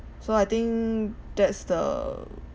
so I think that's the